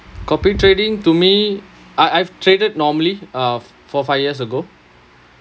copy trading to me I I've traded normally fo~ four five years ago